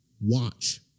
Watch